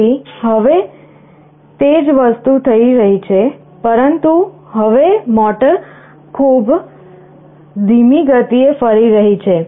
તેથી હવે તે જ વસ્તુ થઈ રહી છે પરંતુ હવે મોટર ખૂબ ધીમી ગતિએ ફરી રહી છે